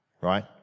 Right